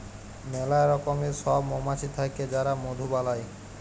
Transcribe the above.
ম্যালা রকমের সব মমাছি থাক্যে যারা মধু বালাই